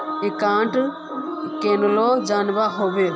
Account केना जाननेहव?